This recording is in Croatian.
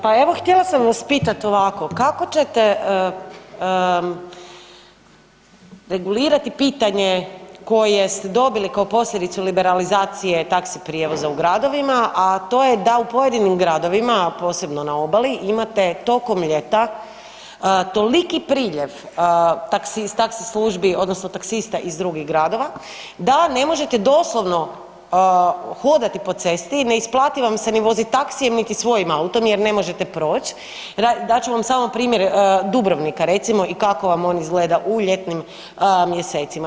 Pa evo, htjela sam vas pitati, ovako, kako ćete regulirati pitanje koje ste dobili kao posljedicu liberalizacije taksi prijevoza u gradovima, a to je da u pojedinim gradovima, a posebno na obali imate tokom ljeta toliki priljev taksista, taksi službi odnosno taksista iz drugih gradova, da ne možete doslovno hodati po cesti, ne isplati vam se ni voziti taksijem niti svojim autom jer ne možete proći, dat ću vam samo primjer Dubrovnika, recimo i kako vam on izgleda u ljetnim mjesecima.